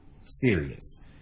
Serious